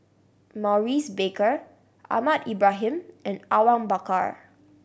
Maurice Baker Ahmad Ibrahim and Awang Bakar